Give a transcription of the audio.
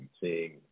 seeing